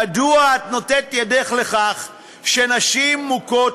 מדוע את נותנת את ידך לכך שנשים מוכות